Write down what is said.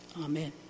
Amen